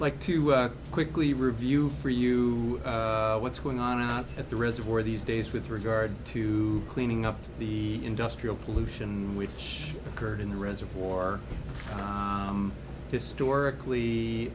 like to quickly review for you what's going on out at the reservoir these days with regard to cleaning up the industrial pollution which occurred in the reservoir historically